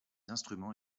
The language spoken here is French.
instruments